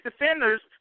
defenders